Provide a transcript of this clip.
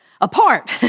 apart